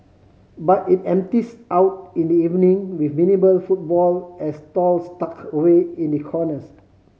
but it empties out in the evening with minimal footfall at stalls tucked away in the corners